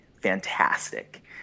fantastic